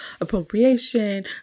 appropriation